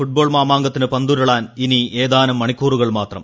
football മാമാങ്കത്തിന് പന്തുരുളാൻ ഇനി ഏതാനും മണിക്കൂറുകൾ മാത്രം